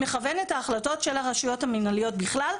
מכוון את ההחלטות של הרשויות המנהליות בכלל,